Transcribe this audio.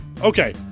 okay